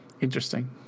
interesting